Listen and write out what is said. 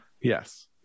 Yes